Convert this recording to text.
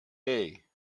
hey